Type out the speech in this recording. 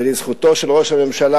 ולזכותו של ראש הממשלה,